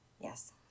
Yes